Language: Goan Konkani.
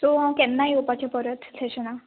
सो हांव केन्ना येवपाचें परत सेशनाक